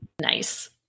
Nice